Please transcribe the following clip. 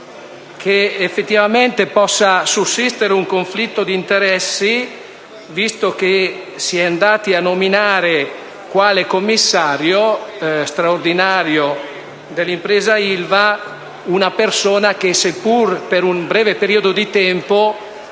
che effettivamente possa sussistere un conflitto di interessi visto che si è andati a nominare quale commissario straordinario dell'impresa Ilva una persona che, seppur per un breve periodo,